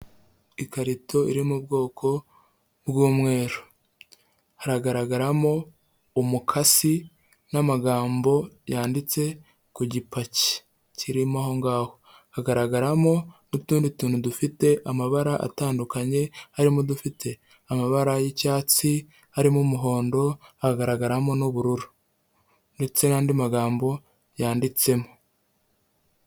Ikarito iri mu bwoko bw'umweru, hagaragaramo umukasi n'amagambo yanditse ku gipaki kirimo aho ngaho, hagaragaramo n'utundi tuntu dufite amabara atandukanye, harimo dufite amabara y'icyatsi, harimo umuhondo, hagaragaramo n'ubururu ndetse n'andi magambo yanditsemo.